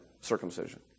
circumcision